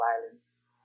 Violence